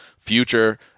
future